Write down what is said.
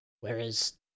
whereas